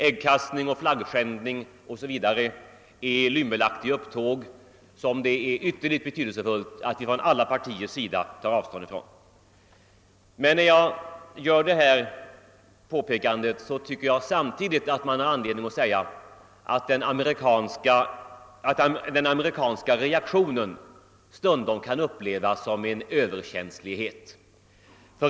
Äggkastning och flaggskändning o.s.v. är lymmelaktiga upptåg som det är ytterligt betydelsefullt att man från alla partiers sida tar avstånd ifrån. Men när jag gör detta påpekande, tycker jag att man samtidigt har anledning att säga, att den amerikanska reaktionen stundom kan upplevas som en överkänslighet.